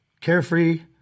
carefree